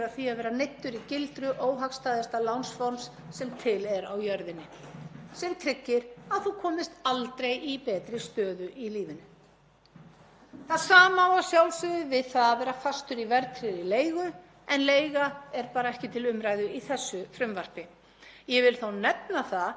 Það sama á að sjálfsögðu við það að vera fastur í verðtryggðri leigu en leiga er bara ekki til umræðu í þessu frumvarpi. Ég vil þó nefna að verði verðtrygging afnumin á lánum heimilanna mun það að sjálfsögðu einnig gagnast leigjendum því að þá væri forsendan fyrir verðtryggðum leigusamningum hrunin.